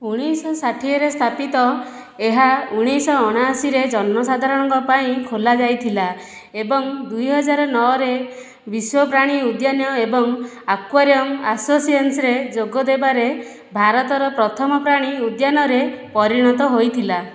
ଉଣେଇଶହ ଷାଠିଏରେ ସ୍ଥାପିତ ଏହା ଉଣେଇଶ ଅଣାଅଶୀରେ ଜନସାଧାରଣଙ୍କ ପାଇଁ ଖୋଲାଯାଇଥିଲା ଏବଂ ଦୁଇହଜାର ନଅରେ ବିଶ୍ୱ ପ୍ରାଣୀ ଉଦ୍ୟାନ ଏବଂ ଆକ୍ୱାରିୟମ୍ ଆସୋସିଏସନ୍ରେ ଯୋଗ ଦେବାରେ ଭାରତର ପ୍ରଥମ ପ୍ରାଣୀ ଉଦ୍ୟାନରେ ପରିଣତ ହୋଇଥିଲା